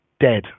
dead